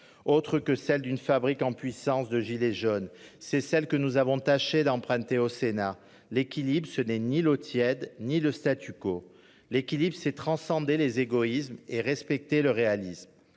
autre que la fabrique en puissance à « gilets jaunes ». C'est celle que nous avons tâché d'emprunter au Sénat. L'équilibre, ce n'est ni l'eau tiède ni le ; l'équilibre, c'est le fait de transcender les égoïsmes et de respecter le réalisme.